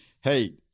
hey